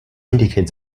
indicate